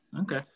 Okay